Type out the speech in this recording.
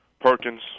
Perkins